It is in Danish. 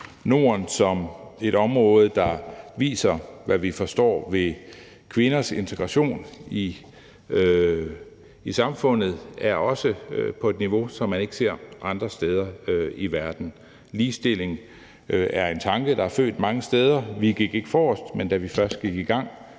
Norden som et område, der viser, hvad vi forstår ved kvinders integration i samfundet, er også på et niveau, som man ikke ser andre steder i verden. Ligestillingen er en tanke, der er født mange steder, og vi gik ikke forrest, men da vi først gik i gang,